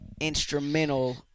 instrumental